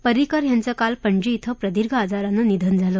पर्रिकर यांचं काल पणजी इथं प्रदीर्घ आजारानं निधन झालं